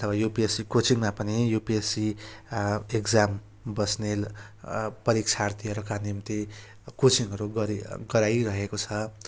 अब युपिएसी कोचिङमा पनि युपिएसी एक्जाम बस्ने परीक्षार्थीहरूका निम्ति कोचिङहरू गरी गराइरहेको छ